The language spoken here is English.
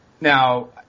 Now